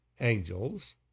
angels